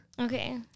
Okay